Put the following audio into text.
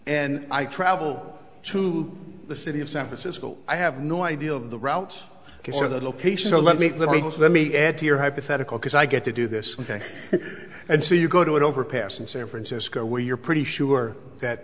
and i travel to the city of san francisco i have no idea of the route or the location so let me let me just let me add to your hypothetical because i get to do this ok and so you go to an overpass in san francisco where you're pretty sure that